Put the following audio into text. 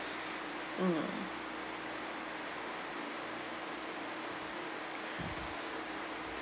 mm